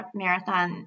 marathon